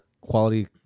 quality